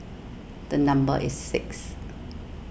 the number is six